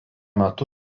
metu